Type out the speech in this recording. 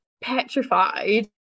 petrified